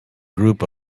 group